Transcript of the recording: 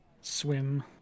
swim